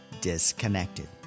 disconnected